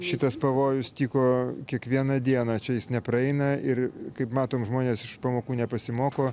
šitas pavojus tyko kiekvieną dieną čia jis nepraeina ir kaip matom žmonės iš pamokų nepasimoko